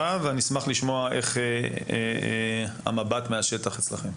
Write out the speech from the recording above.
ואני אשמח לשמוע איך המבט מהשטח אצלכם.